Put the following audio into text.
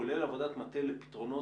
כולל עבודת מטה לפתרונות.